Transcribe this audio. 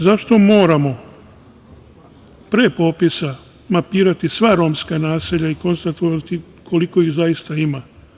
Zašto moramo pre popisa mapirati sva romska naselja i konstatovati koliko ih zaista ima?